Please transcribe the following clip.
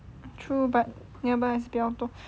true but nearby 也是比较多